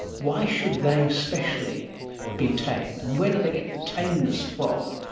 why should they especially be tame, and where do they get the tameness from?